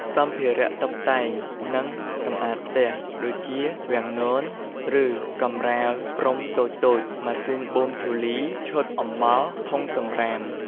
សម្ភារៈតុបតែង និងសម្អាតផ្ទះ ដូចជា វាំងនន ឬកម្រាលព្រំតូចៗ ម៉ាស៊ីនបូមធូលី ឈុតអំបោស ធុងសំរាម ។